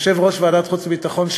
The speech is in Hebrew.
יושב-ראש ועדת החוץ והביטחון,